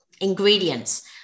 ingredients